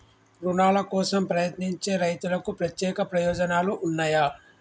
రుణాల కోసం ప్రయత్నించే రైతులకు ప్రత్యేక ప్రయోజనాలు ఉన్నయా?